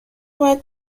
باید